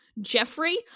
Jeffrey